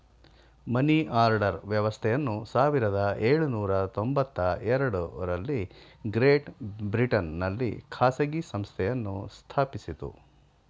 money order ವ್ಯವಸ್ಥೆಯನ್ನು ಸಾವಿರದ ಎಳುನೂರ ತೊಂಬತ್ತಎರಡು ರಲ್ಲಿ ಗ್ರೇಟ್ ಬ್ರಿಟನ್ ನಲ್ಲಿ ಖಾಸಗಿ ಸಂಸ್ಥೆಯನ್ನು ಸ್ಥಾಪಿಸಿತು